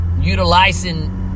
utilizing